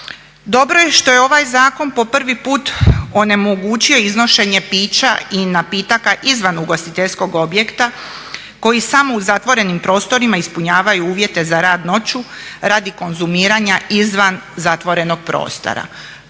Dobro je što je ovaj zakon po prvi put onemogućio iznošenje pića i napitaka izvan ugostiteljskog objekta koji samo u zatvorenim prostorima ispunjavaju uvjeta za rad noću radi konzumiranja izvan zatvorenog prostora.